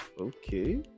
okay